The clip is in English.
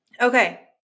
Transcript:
Okay